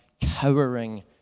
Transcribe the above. cowering